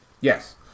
Yes